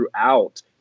throughout